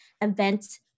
events